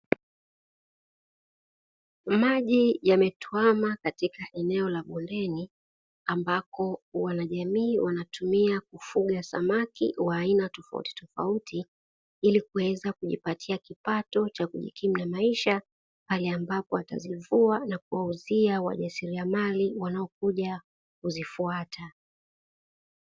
Maji yametuama katika eneo la bondeni, ambako wanajamii wanatumia kufuga samaki wa aina tofautitofauti, ili kuweza kujipatia kipato cha kujikimu na maisha, pale ambapo watazivua na kuwauzia wajasiliamali wanaokuja kuzifuata.